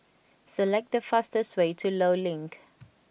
select the fastest way to Law Link